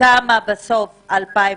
כמה בסוף 2019?